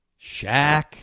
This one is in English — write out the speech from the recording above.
Shaq